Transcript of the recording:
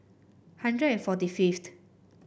hundred and forty fifth